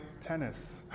Tennis